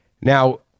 Now